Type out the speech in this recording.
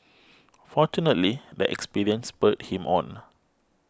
fortunately the experience spurred him on